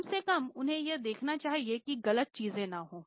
कम से कम उन्हें यह देखना चाहिए कि गलत चीजें न हों